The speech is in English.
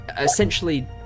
Essentially